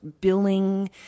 billing